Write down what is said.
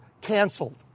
canceled